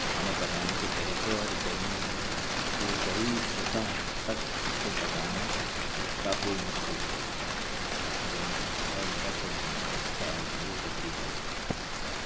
کھانا پکانے کے طریقوں اور گرمی کی صحیح سطح تک اس کو پکانا کافی مشکل ہو سکتا ہے اگر مجھے موقعہ ملا تو میں شاید وہ ترکیب آزماؤں